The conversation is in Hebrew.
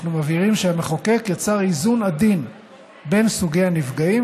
אנחנו מבהירים שהמחוקק יצר איזון עדין בין סוגי הנפגעים,